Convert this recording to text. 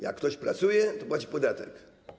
Jak ktoś pracuje, to płaci podatek.